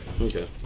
Okay